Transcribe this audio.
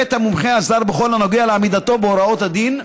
את המומחה הזר בכל הנוגע לעמידתו בהוראות הדין הישראלי,